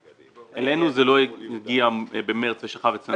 אלינו זה לא הגיע במרס ושכב אצלנו.